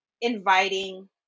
inviting